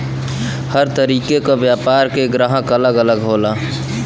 हर तरीके क व्यापार के ग्राहक अलग अलग होला